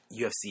UFC